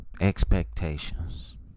expectations